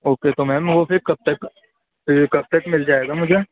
okay تو ma'am وہ پھر کب تک کب تک مِل جائے گا مجھے